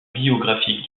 biographique